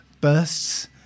bursts